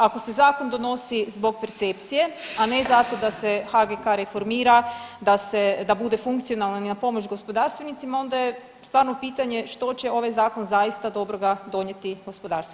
Ako se zakon donosi zbog percepcije, a ne zato da se HGK reformira, da bude funkcionalan i na pomoć gospodarstvenicima onda je stvarno pitanje što će ovaj zakon zaista dobroga donijeti gospodarstvenicima.